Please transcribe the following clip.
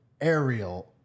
aerial